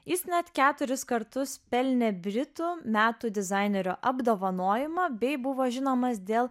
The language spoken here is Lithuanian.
jis net keturis kartus pelnė britų metų dizainerio apdovanojimą bei buvo žinomas dėl